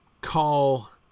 call